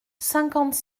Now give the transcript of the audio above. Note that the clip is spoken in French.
cinquante